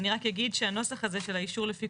אני רק אגיד שהנוסח הזה של "אישור לפי